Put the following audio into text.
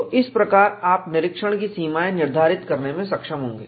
तो इस प्रकार आप निरीक्षण की सीमाएं निर्धारित करने में सक्षम होंगे